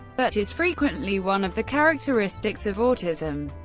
but is frequently one of the characteristics of autism.